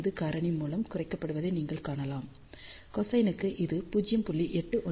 75 காரணி மூலம் குறைக்கப்படுவதை நீங்கள் காணலாம் கொசைனுக்கு இது 0